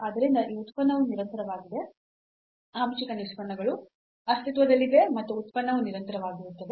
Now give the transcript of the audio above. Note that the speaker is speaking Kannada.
ಆದ್ದರಿಂದ ಈ ಉತ್ಪನ್ನವು ನಿರಂತರವಾಗಿದೆ ಆಂಶಿಕ ನಿಷ್ಪನ್ನಗಳು ಅಸ್ತಿತ್ವದಲ್ಲಿವೆ ಮತ್ತು ಉತ್ಪನ್ನವು ನಿರಂತರವಾಗಿರುತ್ತದೆ